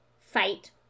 fight